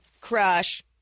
Crush